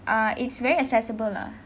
uh it's very accessible lah